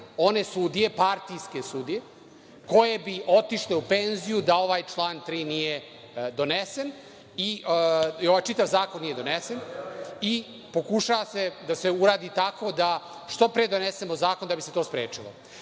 one sudije, partijske sudije koje bi otišle u penziju da ovaj član 3. donesen i ovaj čitav zakon nije donesen i pokušava se da se uradi tako da što pre donesemo zakon da bi se to sprečilo. Radili